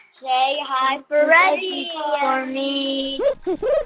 yeah hi for reggie for me